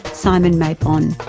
simon mabon,